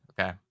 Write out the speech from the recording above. Okay